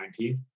2019